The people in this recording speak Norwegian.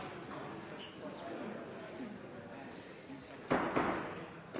Statsråden sa